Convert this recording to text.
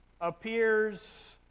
appears